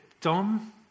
Dom